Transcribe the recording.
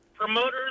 Promoters